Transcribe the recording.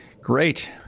Great